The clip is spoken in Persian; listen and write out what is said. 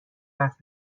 حرف